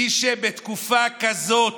מי שבתקופה קשה כזאת,